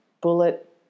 bullet